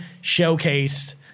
showcase